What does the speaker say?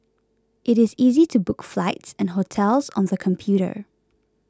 it is easy to book flights and hotels on the computer